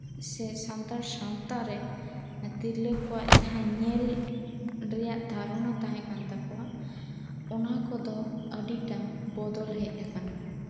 ᱥᱮ ᱥᱟᱱᱛᱟᱲ ᱥᱟᱶᱛᱟᱨᱮ ᱛᱤᱨᱞᱟᱹᱠᱚᱣᱟᱜ ᱡᱟᱦᱟᱸ ᱧᱮᱞ ᱨᱮᱭᱟᱜ ᱫᱷᱟᱨᱚᱱᱟ ᱛᱟᱦᱮᱸ ᱠᱟᱱᱛᱟᱠᱩᱣᱟ ᱚᱱᱟᱠᱚᱫᱚ ᱟᱹᱰᱤᱴᱟ ᱵᱚᱫᱚᱞ ᱦᱮᱡ ᱟᱠᱟᱱᱟ